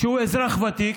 שהוא אזרח ותיק,